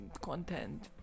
content